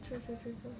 true true true true